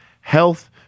health